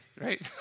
right